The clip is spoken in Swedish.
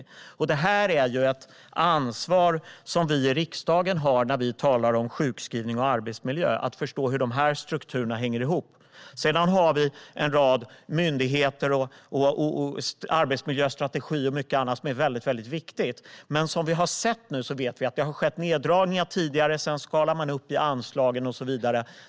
Att förstå hur dessa strukturer hänger ihop är ett ansvar som vi i riksdagen har när vi talar om sjukskrivning och arbetsmiljö. Vi har vidare en rad myndigheter, arbetsmiljöstrategi och mycket annat som är väldigt viktigt. Som vi vet har det skett neddragningar tidigare; sedan skalade man upp anslagen och så vidare.